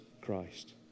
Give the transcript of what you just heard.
Christ